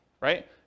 right